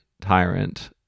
Tyrant